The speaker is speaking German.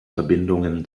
verbindungen